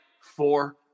four